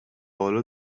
حالا